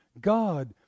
God